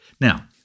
Now